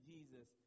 Jesus